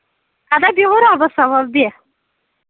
اَدا بیٚہو رۄبَس حَوالہٕ بیٚہہ